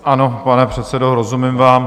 Ano, pane předsedo, rozumím vám.